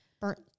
burnt